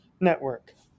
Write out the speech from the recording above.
Network